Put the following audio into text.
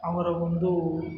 ಅವರ ಒಂದು